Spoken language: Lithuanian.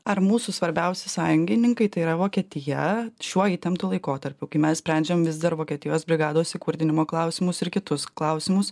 ar mūsų svarbiausi sąjungininkai tai yra vokietija šiuo įtemptu laikotarpiu kai mes sprendžiam vis dar vokietijos brigados įkurdinimo klausimus ir kitus klausimus